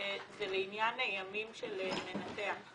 זה לעניין הימים של לנתח.